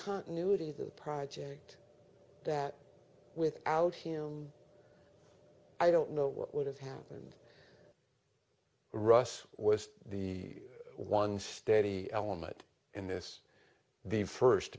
continuity the project that without him i don't know what would have happened russ was the one steady element in this the first